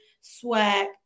swag